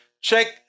Check